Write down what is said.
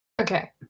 Okay